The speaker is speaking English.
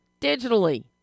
Digitally